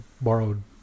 borrowed